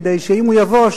כדי שאם הוא יבוא,